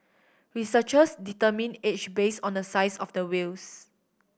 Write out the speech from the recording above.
researchers determine age base on the size of the whales